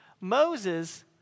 Moses